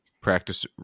practice